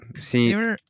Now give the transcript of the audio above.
see